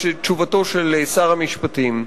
את תשובתו של שר המשפטים,